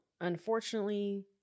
unfortunately